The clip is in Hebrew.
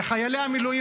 וחיילי המילואים,